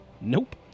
Nope